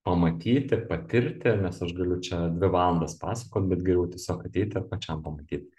pamatyti patirti nes aš galiu čia dvi valandas pasakot bet geriau tiesiog ateiti ir pačiam pamatyt